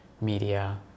media